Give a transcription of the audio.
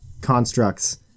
constructs